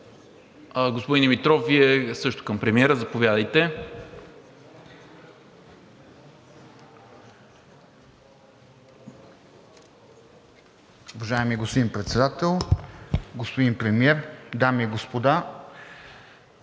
Господин Димитров, Вие също към премиера – заповядайте.